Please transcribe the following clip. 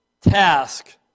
task